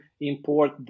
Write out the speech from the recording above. import